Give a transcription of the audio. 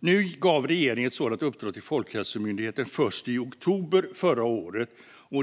Nu gav regeringen ett sådant uppdrag till Folkhälsomyndigheten först i oktober förra året.